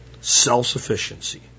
self-sufficiency